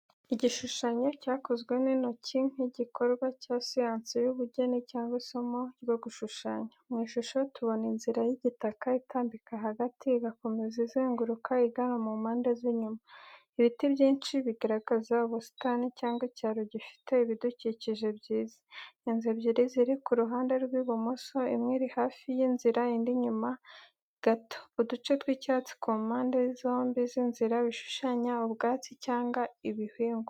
Igishushanyo cyakozwe n’intoki nk’igikorwa cya siyansi y’ubugeni cyangwa isomo ryo gushushanya. Mu ishusho tubona inzira y’igitaka itambika hagati, igakomeza izenguruka igana mu mpande z’inyuma. Ibiti byinshi bigaragaza ubusitani cyangwa icyaro gifite ibidukikije byiza. Inzu ebyiri ziri ku ruhande rw’ibumoso, imwe iri hafi y’inzira indi inyuma gato. Uduce tw’icyatsi ku mpande zombi z’inzira, bishushanya ubwatsi cyangwa ibihingwa.